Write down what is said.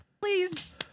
Please